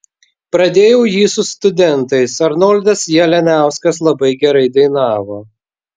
pradėjau jį su studentais arnoldas jalianiauskas labai gerai dainavo